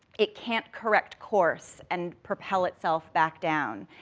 it can't correct course and propel itself back down,